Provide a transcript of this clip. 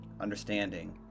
understanding